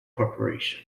corporation